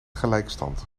gelijkstand